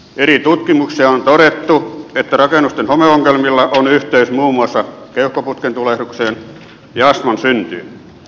eri tutkimuksissa on todettu että rakennusten homeongelmilla on yhteys muun muassa keuhkoputkentulehdukseen ja astman syntyyn